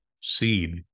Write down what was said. seed